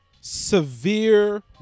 Severe